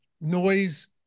noise